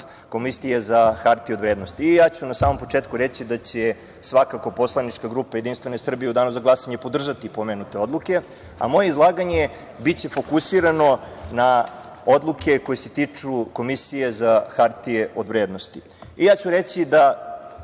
Komisije za hartije od vrednosti. Ja ću na samom početku reći da će svakako poslanička grupa Jedinstvene Srbije u danu za glasanje podržati pomenute odluke, a moje izlaganje biće fokusirano na odluke koje se tiču Komisije za hartije od vrednosti. Ništa novo neću